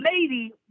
lady